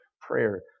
prayer